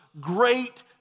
great